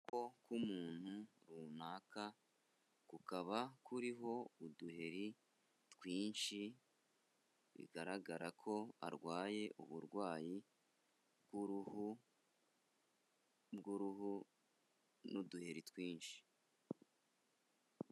Ukuboko k'umuntu runaka kukaba kuriho uduheri twinshi bigaragara ko arwaye uburwayi bw'uruhu n'uduheri twinshi.